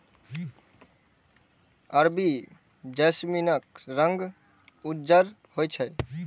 अरबी जैस्मीनक रंग उज्जर होइ छै